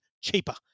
cheaper